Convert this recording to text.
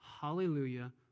hallelujah